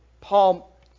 Paul